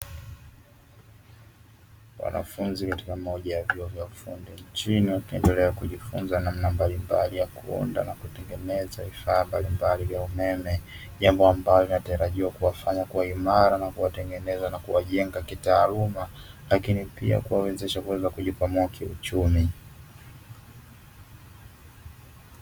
Wanafunzi katika moja ya vyuo vya ufundi nchini, wajiendelea kujifunza namna mbalimbali ya kuunda na kutengeneza vifaa mbalimbali vya umeme, jambo ambalo linatarajiwa kuwafanya kuwa imara na kuwatengeneza na kuwajenga kitaaluma lakini pia kuwawezesha kuweza kujikwamua kiuchumi.